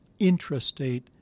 intrastate